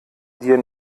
dir